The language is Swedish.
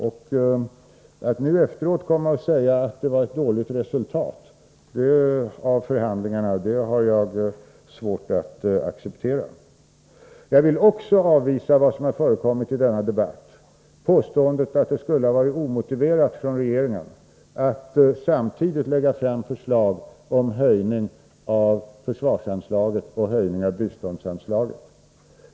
Att man nu efteråt kommer och säger att det var ett dåligt resultat av förhandlingarna har jag svårt att acceptera. Jag vill också avvisa ett påstående som har förekommit i denna debatt, nämligen att det skulle ha varit omotiverat att regeringen samtidigt lade fram förslag om höjning av försvarsanslaget och höjning av biståndsanslaget.